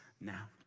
now